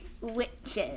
witches